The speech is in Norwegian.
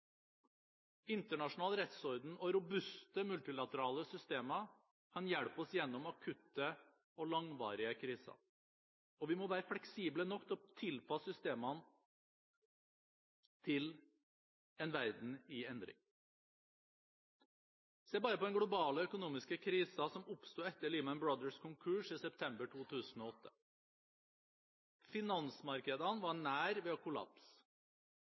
Internasjonal rettsorden og robuste multilaterale systemer kan hjelpe oss gjennom akutte og langvarige kriser. Og vi må være fleksible nok til å tilpasse systemene til en verden i endring. Se bare på den globale økonomiske krisen som oppsto etter Lehman Brothers' konkurs i 2008. Finansmarkedene var nær ved å kollapse.